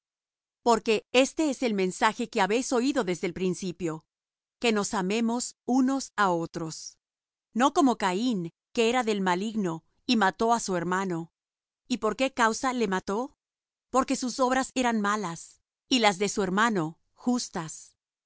porque este es el mensaje que habéis oído desde el principio que nos amemos unos á otros no como caín que era del maligno y mató á su hermano y por qué causa le mató porque sus obras eran malas y las de su hermano justas